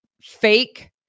fake